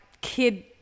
kid-